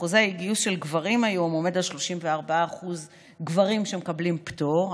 אחוז האי-גיוס של גברים היום עומד על 34% גברים שמקבלים פטור,